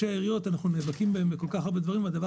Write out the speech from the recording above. אנחנו נאבקים בהם בכל כך הרבה דברים והדבר